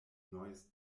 neues